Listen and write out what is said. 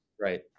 right